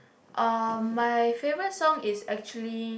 uh my favorite song is actually